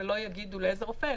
לא יגידו לאיזה רופא,